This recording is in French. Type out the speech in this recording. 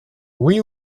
oui